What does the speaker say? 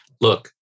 Look